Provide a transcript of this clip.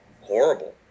horrible